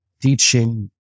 Teaching